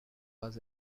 was